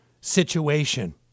situation